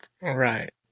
Right